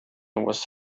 was